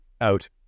out